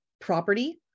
property